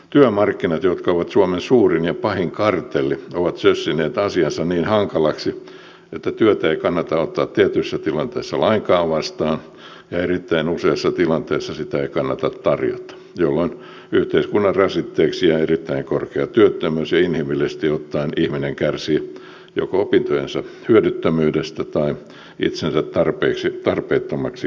työmarkkinat jotka ovat suomen suurin ja pahin kartelli ovat sössineet asiansa niin hankalaksi että työtä ei kannata ottaa tietyissä tilanteissa lainkaan vastaan ja erittäin useissa tilanteissa sitä ei kannata tarjota jolloin yhteiskunnan rasitteeksi jää erittäin korkea työttömyys ja inhimillisesti ottaen ihminen kärsii joko opintojensa hyödyttömyydestä tai itsensä tarpeettomaksi kokemisesta